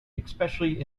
especially